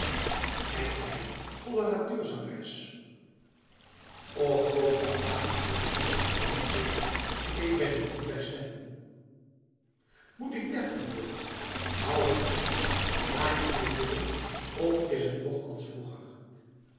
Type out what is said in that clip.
ei ei coloratuurzangeres och grootpapa antwoordt het meisje even kleurend k ben nu niet bij stem moet ik deftig worden augusta laat je je bidden of is t nog als vroeger